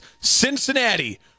Cincinnati